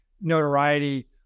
notoriety